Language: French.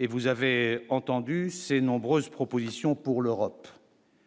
Et vous avez entendu ses nombreuses propositions pour l'Europe.